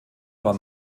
war